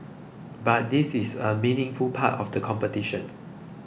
but this is a meaningful part of the competition